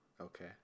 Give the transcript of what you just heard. Okay